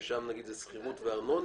שזה שכירות וארנונה,